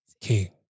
King